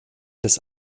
des